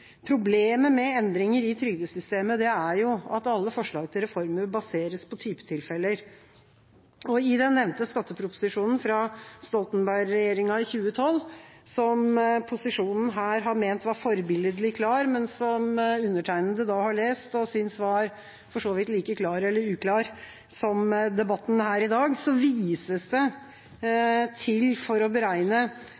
Problemet med endringer i trygdesystemet er at alle forslag til reformer baseres på typetilfeller. I den nevnte skatteproposisjonen fra Stoltenberg-regjeringa i 2012, som posisjonen her har ment var forbilledlig klar, men som undertegnede har lest og synes for så vidt var like klar eller uklar som debatten her i dag, vises det til